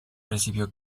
recibió